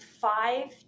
five